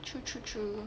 true true true